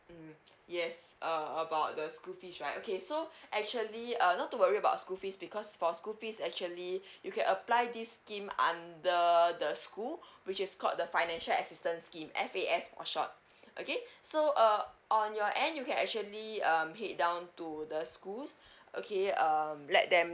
mm yes uh about the school fees right okay so actually uh not to worry about school fees because for school fees actually you can apply this scheme under the school which is called the financial assistance scheme F_A_S or short okay so uh on your end you can actually um head down to the schools okay um let them